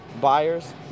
buyers